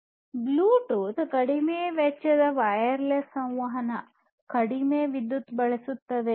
Bluetooth ಕಡಿಮೆ ವೆಚ್ಚದ wireless ಸಂವಹನ ಕಡಿಮೆ ವಿದ್ಯುತ್ ಬಳಸುತ್ತದೆ